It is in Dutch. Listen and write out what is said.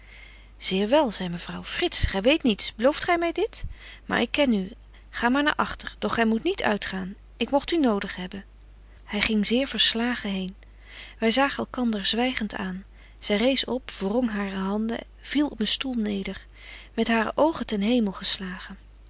in zeerwel zei mevrouw frits gy weet niets belooft gy my dit maar betje wolff en aagje deken historie van mejuffrouw sara burgerhart ik ken u ga maar naar agter doch gy moet niet uitgaan ik mogt u nodig hebben hy ging zeer verslagen heen wy zagen elkander zwygent aan zy rees op wrong hare handen viel op een stoel neder met hare oogen ten hemel geslagen